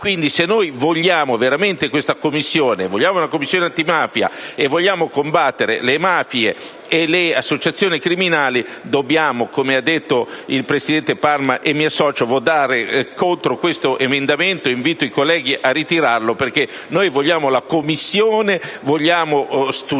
Se noi vogliamo veramente questa Commissione, se vogliamo veramente una Commissione antimafia, e vogliamo combattere le mafie e le associazioni criminali, dobbiamo, come ha detto il presidente Palma (e mi associo), votare contro questo emendamento. Io invito i colleghi a ritirarlo, perché noi vogliamo la Commissione, vogliamo studiare